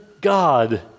God